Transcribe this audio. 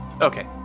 Okay